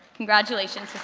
congratulations,